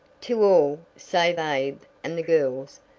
to all, save abe and the girls,